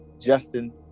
Justin